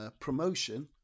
promotion